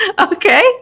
Okay